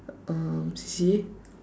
um C_C_A